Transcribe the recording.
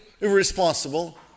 irresponsible